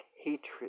hatred